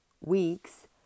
weeks